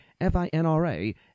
FINRA